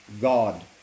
God